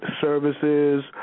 services